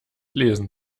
lesen